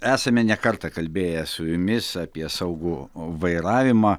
esame ne kartą kalbėję su jumis apie saugų vairavimą